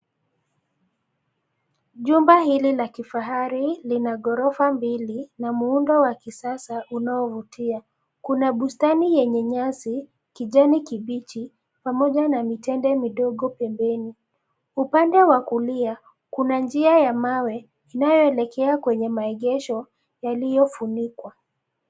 Jumba hili la kifahari lina ghorofa mbili la muundo wa kisasa unaovutia, kuna bustani yenye nyasi, kijani kibichi, pamoja na mitende midogo pembeni, upande wa kulia, kuna njia ya mawe, tunayoelekea kwenye maegesho, yaliyofunikwa.